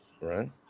Right